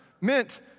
meant